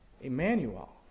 Emmanuel